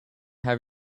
have